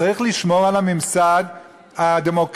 צריך לשמור על הממסד הדמוקרטי,